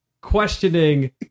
questioning